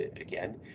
again